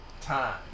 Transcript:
time